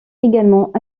également